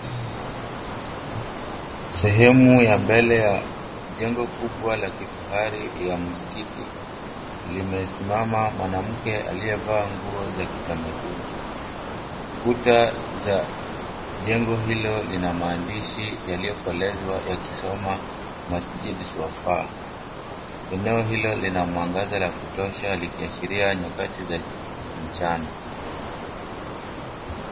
Sehemu ya mbele ya jengo kubwa la kifahari ya msikiti limesimama. Mwanamke aliyevaa nguo za kitamaduni. Kuta za jengo hilo lina maandishi yaliokolezwa yakisoma Masjid Swafaa. Eneo hilo lina mwangaza wa kutosha likiashiria nyakati za mchana.